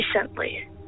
recently